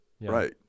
Right